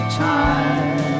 time